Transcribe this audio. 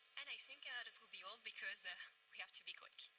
and i think ah that will be all because ah we have to be quick.